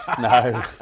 No